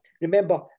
remember